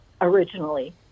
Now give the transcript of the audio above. originally